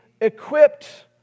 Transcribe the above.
equipped